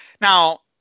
Now